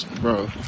Bro